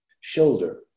shoulder